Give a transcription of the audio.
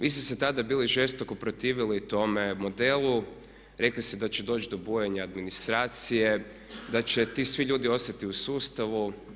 Vi ste se tada bili žestoko protivili tome modelu, rekli ste da će doći do bujanja administracije, da će ti svi ljudi ostati u sustavu.